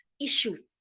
issues